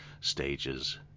stages